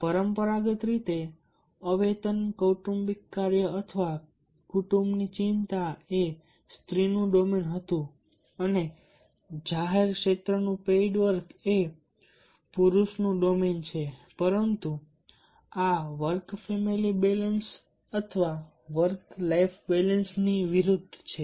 પરંપરાગત રીતે અવેતન કૌટુંબિક કાર્ય અથવા કુટુંબની ચિંતા એ સ્ત્રીનું ડોમેન હતું અને જાહેર ક્ષેત્રનું પેઇડ વર્ક એ પુરુષનું ડોમેન છે પરંતુ આ વર્ક ફેમિલી બેલેન્સ અથવા વર્ક લાઇફ બેલેન્સની વિરુદ્ધ છે